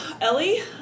Ellie